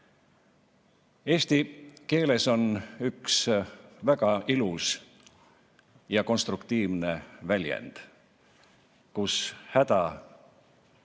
Eesti keeles on üks väga ilus ja konstruktiivne väljend: kus häda näed